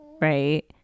right